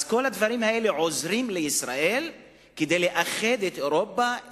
אז כל הדברים האלה עוזרים לישראל כדי לאחד את אירופה,